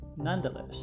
Nonetheless